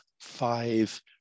five